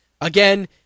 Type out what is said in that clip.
Again